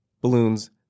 balloons